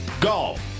Golf